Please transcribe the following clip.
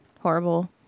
horrible